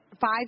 five